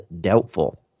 doubtful